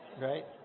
Right